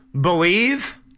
Believe